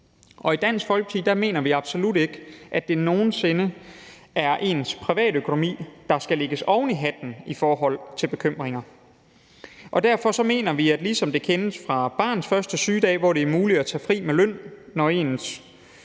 I Dansk Folkeparti mener vi absolut ikke, at det nogen sinde er ens privatøkonomi, der skal lægges oven i hatten i forhold til bekymringer. Derfor mener vi, at ligesom det kendes fra barns første sygedag, skal det være muligt at tage fri med løn, når ens syge ældre